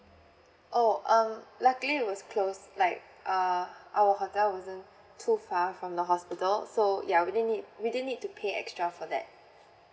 oh um luckily it was close like err our hotel wasn't too far from the hospital so ya we didn't need we didn't need to pay extra for that